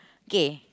kay